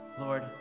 Lord